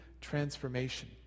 transformation